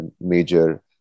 major